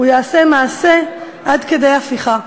הוא יעשה מעשה עד כדי הפיכה.